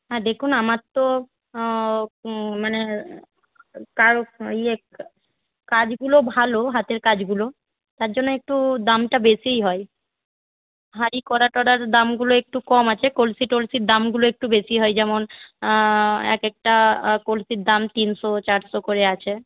হ্যাঁ দেখুন আমার তো মানে কাজ ইয়ে কাজগুলো ভালো হাতের কাজগুলো তার জন্য একটু দামটা বেশিই হয় হাঁড়ি কড়া টড়ার দামগুলো একটু কম আছে কলসি টলসির দামগুলো একটু বেশি হয় যেমন এক একটা কলসির দাম তিনশো চারশো করে আছে